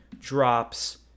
drops